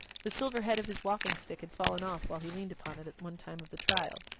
the silver head of his walking-stick had fallen off while he leaned upon it, at one time of the trial.